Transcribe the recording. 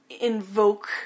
invoke